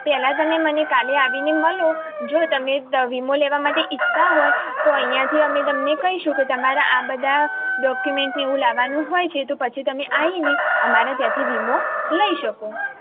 પેલા તમે મને કાલે આવીને મળો જો તમે વીમો લેવા માટે ઇચ્છતા હોય તો અમે અહીંયાથી તમને કહીશું કે તમારે આ બધા ડોક્યુમેન્ટ ને બધું લાવવાનું હોય છે તો પછી તમે આવીને અમારા ત્યાંથી વીમો લઇ શકો